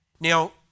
Now